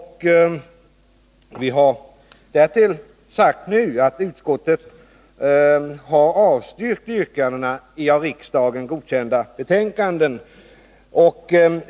Därtill har vi nu sagt att utskottet har avstyrkt yrkandena i av riksdagen godkända betänkanden.